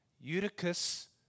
Eutychus